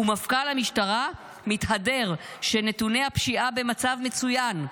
ומפכ"ל המשטרה מתהדר שנתוני הפשיעה במצב מצוין.